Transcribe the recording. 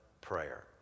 prayer